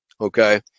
okay